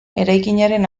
eraikinaren